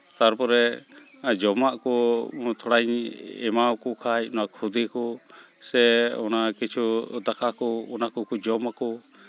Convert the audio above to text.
ᱛᱟᱨᱯᱚᱨᱮ ᱡᱚᱢᱟᱜ ᱠᱚ ᱛᱷᱚᱲᱟᱧ ᱮᱢᱟᱣᱟᱠᱚ ᱠᱷᱟᱱ ᱱᱚᱣᱟ ᱠᱷᱚᱫᱮ ᱠᱚ ᱥᱮ ᱚᱱᱟ ᱠᱤᱪᱷᱩ ᱫᱟᱠᱟ ᱠᱚ ᱚᱱᱟ ᱠᱚᱠᱚ ᱡᱚᱢ ᱟᱠᱚ